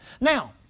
Now